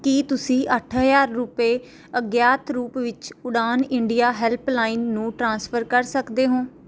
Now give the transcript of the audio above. ਕੀ ਤੁਸੀਂਂ ਅੱਠ ਹਜ਼ਾਰ ਰੁਪਏ ਅਗਿਆਤ ਰੂਪ ਵਿੱਚ ਉਡਾਣ ਇੰਡੀਆ ਹੈਲਪਲਾਈਨ ਨੂੰ ਟ੍ਰਾਂਸਫਰ ਕਰ ਸਕਦੇ ਹੋ